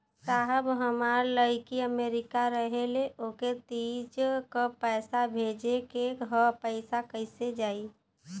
साहब हमार लईकी अमेरिका रहेले ओके तीज क पैसा भेजे के ह पैसा कईसे जाई?